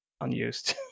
unused